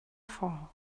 fall